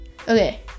okay